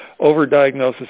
overdiagnosis